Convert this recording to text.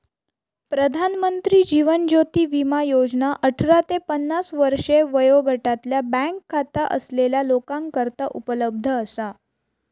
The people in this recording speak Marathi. प्रधानमंत्री जीवन ज्योती विमा योजना अठरा ते पन्नास वर्षे वयोगटातल्या बँक खाता असलेल्या लोकांकरता उपलब्ध असा